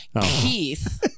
Keith